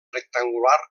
rectangular